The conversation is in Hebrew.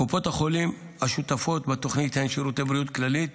קופות החולים השותפות בתוכנית הן שירות בריאות כללית,